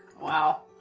Wow